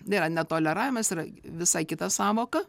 nėra netoleravimas yra visai kita sąvoka